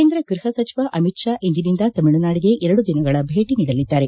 ಕೇಂದ್ರ ಗ್ಲಹ ಸಚಿವ ಅಮಿತ್ ಷಾ ಇಂದಿನಿಂದ ತಮಿಳುನಾಡಿಗೆ ಎರಡು ದಿನಗಳ ಭೇಟಿ ನೀಡಲಿದ್ದಾರೆ